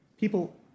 people